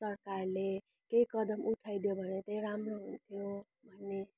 सरकारले केही कदम उठाइदियो भने त्यही राम्रो हुन्थ्यो भन्ने